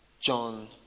John